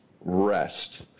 rest